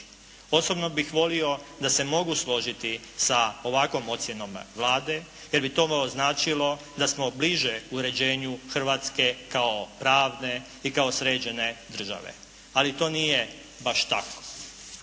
Osobno bih volio da se mogu složiti sa ovakvom ocjenom Vlade, jer bi to značilo da smo bliže uređenju Hrvatske kao pravne ili kao sređene države. Ali to nije baš tako.